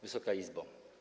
Wysoka Izbo!